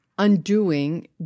Undoing